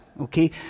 okay